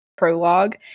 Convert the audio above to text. prologue